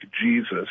jesus